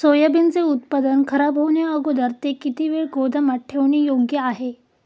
सोयाबीनचे उत्पादन खराब होण्याअगोदर ते किती वेळ गोदामात ठेवणे योग्य आहे?